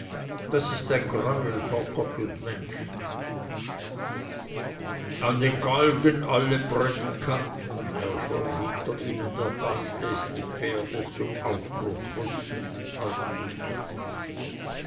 das ist ein greuel vor gott und menschen an den galgen alle prädikanten erscholl hinter ihnen der baß des die pferde zum aufbruche rüstenden alten knechts